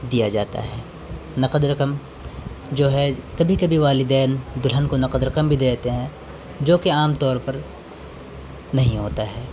دیا جاتا ہے نقد رقم جو ہے کبھی کبھی والدین دلہن کو نقد رقم بھی دے دیتے ہیں جوکہ عام طور پر نہیں ہوتا ہے